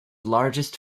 largest